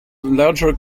larger